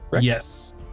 yes